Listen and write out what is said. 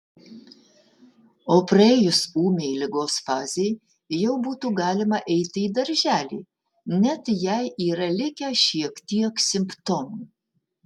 o praėjus ūmiai ligos fazei jau būtų galima eiti į darželį net jei yra likę šiek tiek simptomų